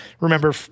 remember